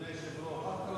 אדוני היושב-ראש?